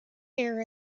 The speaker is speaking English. air